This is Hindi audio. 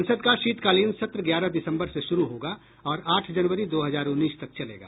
संसद का शीतकालीन सत्र ग्यारह दिसम्बर से शुरू होगा और आठ जनवरी दो हजार उन्नीस तक चलेगा